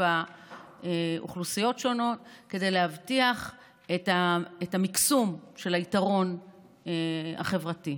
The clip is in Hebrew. בה אוכלוסיות שונות כדי להבטיח את מקסום היתרון החברתי.